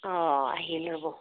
অঁ আহিল ৰ'ব